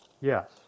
Yes